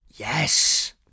yes